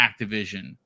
Activision